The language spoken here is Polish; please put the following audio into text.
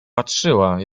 patrzyła